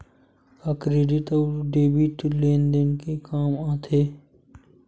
का क्रेडिट अउ डेबिट लेन देन के काम आथे?